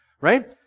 Right